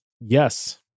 yes